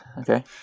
Okay